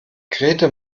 grete